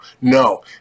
no